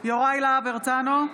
יוראי להב הרצנו,